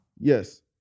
Yes